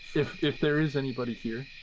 if if there is anybody here,